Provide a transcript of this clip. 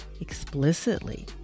explicitly